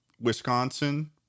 Wisconsin